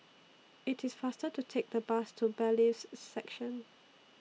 IT IS faster to Take The Bus to Bailiffs' Section